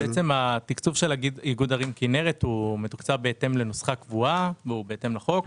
התקצוב של איגוד ערים כינרת מתוקצב בהתאם לנוסחה קבועה והוא בהתאם לחוק.